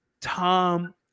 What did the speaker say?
Tom